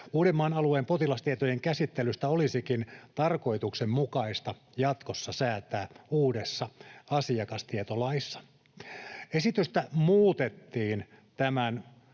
Uudenmaan alueen potilastietojen käsittelystä olisikin tarkoituksenmukaista jatkossa säätää uudessa asiakastietolaissa. Esitystä muutettiin tämän